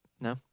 No